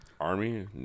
Army